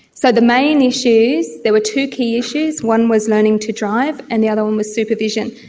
so the main issues, there were two key issues, one was learning to drive, and the other one was supervision.